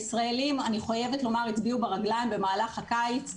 אני חייבת לומר שהישראלים הצביעו ברגליים במהלך הקיץ ובחגים,